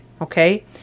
okay